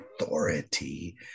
authority